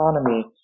economy